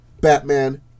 Batman